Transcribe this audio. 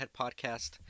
Podcast